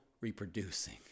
reproducing